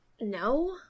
No